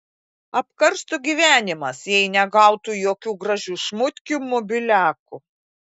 apkarstų gyvenimas jei negautų jokių gražių šmutkių mobiliakų